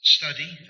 study